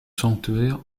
sanctuaire